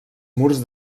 murs